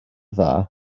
dda